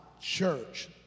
Church